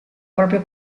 proprio